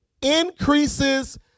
increases